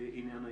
לעניין האימוץ.